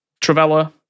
Travella